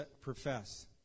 profess